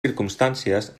circumstàncies